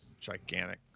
Gigantic